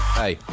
hey